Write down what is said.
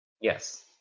yes